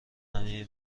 همه